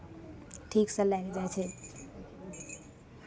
ठीकसँ लए कऽ जाइ छै